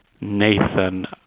Nathan